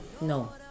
No